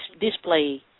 Display